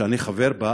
שאני חבר בה,